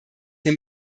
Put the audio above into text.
den